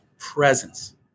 presence